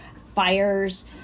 fires